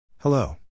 Hello